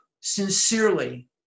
sincerely